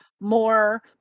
more